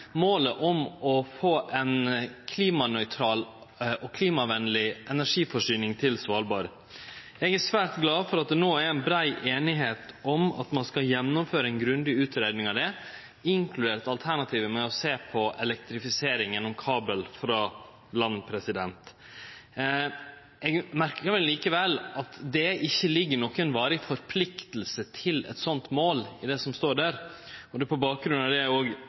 målet – om å få ei klimanøytral og klimavennleg energiforsyning til Svalbard. Eg er svært glad for at det no er brei einigheit om at ein skal gjennomføre ei grundig utgreiing av det, inkludert alternativet med å sjå på elektrifisering gjennom kabel frå land. Eg merkar meg likevel at det ikkje ligg noka varig forplikting til eit slikt mål i det som står der, og det er på bakgrunn av det